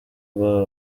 aba